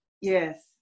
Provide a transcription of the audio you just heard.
Yes